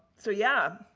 so yeah.